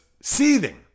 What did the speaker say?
seething